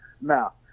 Now